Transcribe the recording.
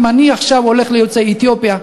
אם אני עכשיו הולך ליוצאי אתיופיה,